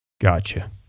Gotcha